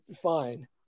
fine